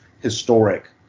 historic